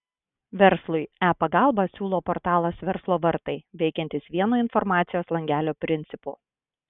verslui e pagalbą siūlo portalas verslo vartai veikiantis vieno informacijos langelio principu